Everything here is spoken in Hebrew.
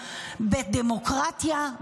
בדמוקרטיה,